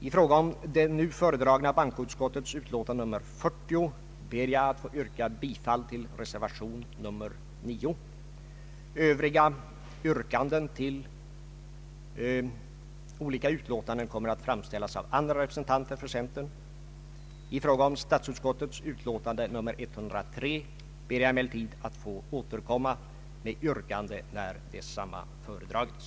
I fråga om det nu föredragna bankoutskottets utlåtande nr 40 ber jag att få yrka bifall till reservation 9. Övriga yrkanden till olika utlåtanden kommer att framställas av andra representanter för centern. I fråga om statsutskottets utlåtande nr 103 ber jag att få återkomma med yrkande när detsamma föredragits.